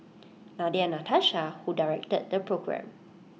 Nadia Natasha who directed the programme